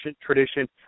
tradition